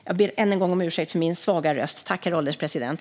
Jag ber än en gång om ursäkt för min svaga röst, herr ålderspresident.